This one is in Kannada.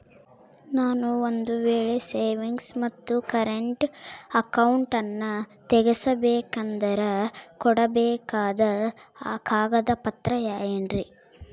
ನಾನು ಒಂದು ವೇಳೆ ಸೇವಿಂಗ್ಸ್ ಮತ್ತ ಕರೆಂಟ್ ಅಕೌಂಟನ್ನ ತೆಗಿಸಬೇಕಂದರ ಕೊಡಬೇಕಾದ ಕಾಗದ ಪತ್ರ ಏನ್ರಿ?